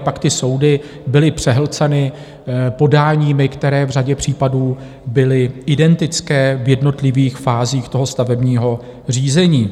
Pak ty soudy byly přehlceny podáními, která v řadě případů byla identická v jednotlivých fázích stavebního řízení.